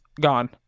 gone